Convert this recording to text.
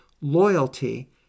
loyalty